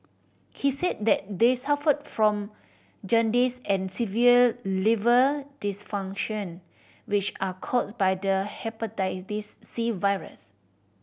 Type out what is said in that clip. he said that they suffered from jaundice and severe liver dysfunction which are caused by the Hepatitis C virus